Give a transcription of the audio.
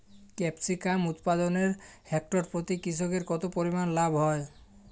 Capsicum উৎপাদনে hectare প্রতি কৃষকের কত পরিমান লাভ হয়?